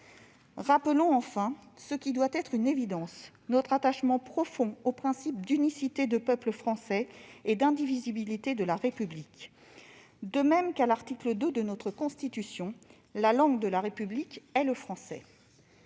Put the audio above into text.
Rappelons enfin ce qui doit être une évidence : notre attachement profond au principe d'unicité du peuple français et d'indivisibilité de la République. Ainsi peut-on lire, à l'article 2 de notre Constitution, « la langue de la République est le français